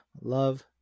Love